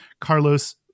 Carlos